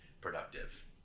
productive